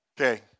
Okay